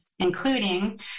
including